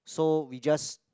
so we just